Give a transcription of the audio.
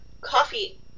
coffee